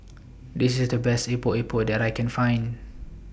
This IS The Best Epok Epok that I Can Find